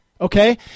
Okay